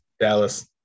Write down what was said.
Dallas